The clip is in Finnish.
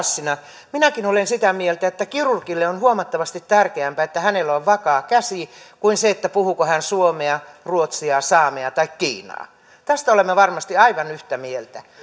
edustaja raassina minäkin olen sitä mieltä että kirurgille on huomattavasti tärkeämpää että hänellä on vakaa käsi kuin se puhuuko hän suomea ruotsia saamea tai kiinaa tästä olemme varmasti aivan yhtä mieltä